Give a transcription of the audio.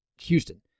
Houston